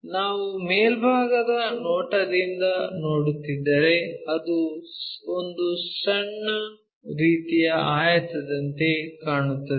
ನಾವು ಮೇಲ್ಭಾಗದ ನೋಟದಿಂದ ನೋಡುತ್ತಿದ್ದರೆ ಅದು ಒಂದು ಸಣ್ಣ ರೀತಿಯ ಆಯತದಂತೆ ಕಾಣುತ್ತದೆ